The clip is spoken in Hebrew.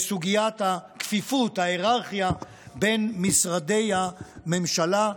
בסוגיית הכפיפות, ההיררכיה, בין משרדי הממשלה.